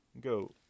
Go